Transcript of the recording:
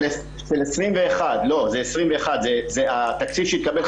של 21. התקציב שיתקבל,